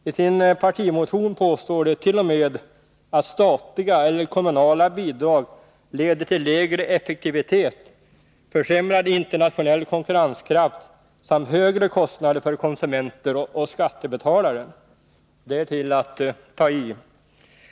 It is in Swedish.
I sin partimotion påstår de t.o.m. att statliga eller kommunala bidrag leder till lägre effektivitet, försämrad internationell konkurrenskraft samt högre kostnader för konsumenter och skattebetalare. Det är till att ta i.